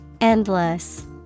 Endless